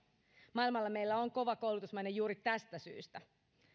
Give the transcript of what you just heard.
maailmalla meillä on kova koulutusmaine juuri tästä syystä